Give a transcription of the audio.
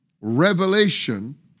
revelation